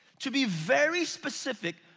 to be very specific,